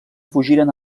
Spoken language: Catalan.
fugiren